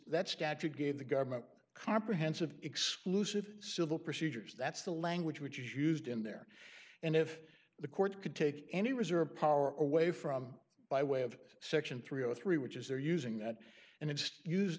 that statute gave the government comprehensive exclusive civil procedures that's the language which is used in there and if the court could take any reserved power away from by way of section three or three which is they're using that and